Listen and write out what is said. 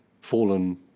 fallen